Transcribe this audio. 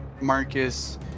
Marcus